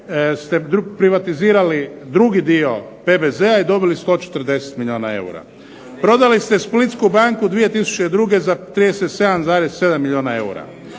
ste privatizirali drugi dio PBZ-a i dobili 140 milijuna eura. Prodali ste Splitsku banku 2002. za 37,7 milijuna eura.